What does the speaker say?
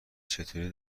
چطوری